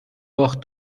باخت